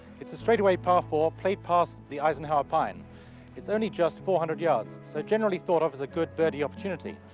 it's a straightaway par four played past the eisenhower pine is only just four hundred yards so generally thought of as a good birdie opportunity.